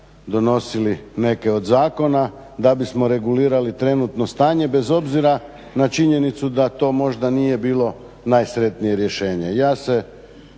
donosili neke od zakona da bismo regulirali trenutno stanje, bez obzira na činjenicu da to možda nije bilo najsretnije rješenje.